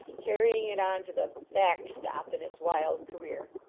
carrying it on to the back-stop in its wild career.